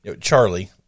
Charlie